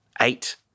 eight